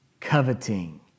coveting